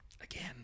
Again